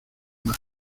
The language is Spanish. mar